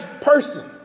person